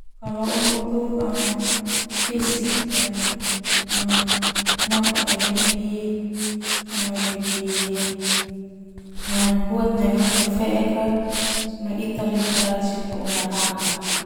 Fisik lebih kuat neme hataholi feek sona ita harus olahraga.